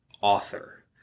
author